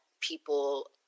people